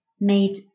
made